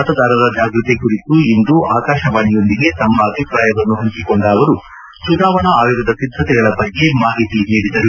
ಮತದಾರರ ಜಾಗ್ಯತಿ ಕುರಿತು ಇಂದು ಆಕಾಶವಾಣಿಯೊಂದಿಗೆ ತಮ್ಮ ಅಭಿಪ್ರಾಯವನ್ನು ಪಂಚಿಕೊಂಡ ಅವರು ಚುನಾವಣಾ ಆಯೋಗದ ಸಿದ್ಧತೆಗಳ ಬಗ್ಗೆ ಮಾಹಿತಿ ನೀಡಿದರು